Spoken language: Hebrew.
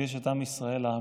ויש את עם ישראל האמיתי,